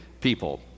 people